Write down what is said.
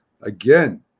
Again